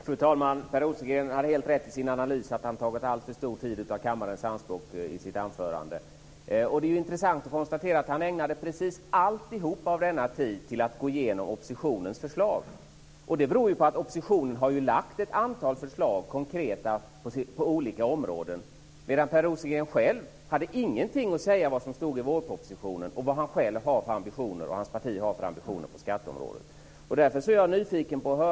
Fru talman! Per Rosengren har helt rätt i sin analys att han tagit alltför mycket av kammarens tid i anspråk för sitt anförande. Det är intressant att konstatera att han ägnade all denna tid till att gå igenom oppositionens förslag. Det beror på att oppositionen har lagt fram ett antal konkreta förslag på olika områden, medan Per Rosengren själv hade ingenting att säga om vad som står i vårpropositionen och vad han och hans parti har för ambitioner på skatteområdet.